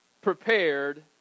prepared